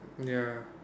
ya